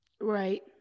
Right